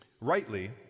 rightly